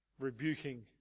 rebuking